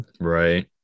Right